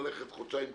ללכת חודשיים קודם,